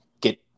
get